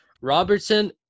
Robertson